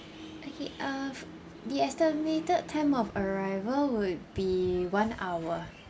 okay uh the estimated time of arrival would be one hour